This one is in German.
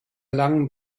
langen